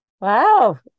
Wow